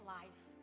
life